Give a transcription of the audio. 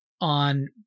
on